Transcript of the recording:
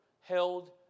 held